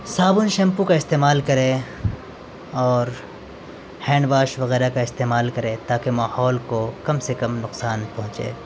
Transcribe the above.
صابن شیمپو کا استعمال کریں اور ہینڈ واش وغیرہ کا استعمال کریں تاکہ ماحول کو کم سے کم نقصان پہنچے